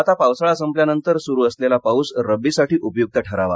आता पावसाळा संपल्यानंतर सुरू असलेला पाऊस रब्बीसाठी उपयुक ठरावा